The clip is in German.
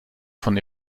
von